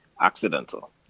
accidental